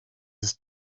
ist